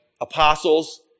Apostles